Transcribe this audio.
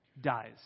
dies